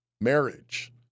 Marriage